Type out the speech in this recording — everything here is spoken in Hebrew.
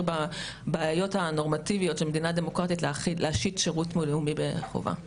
בבעיות הנורמטיביות של מדינה דמוקרטית להשית שירות לאומי חובה.